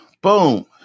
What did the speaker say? Boom